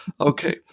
Okay